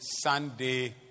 Sunday